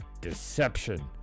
deception